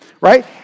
right